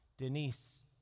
Denise